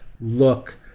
Look